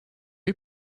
you